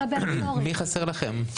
מי חסר לכם?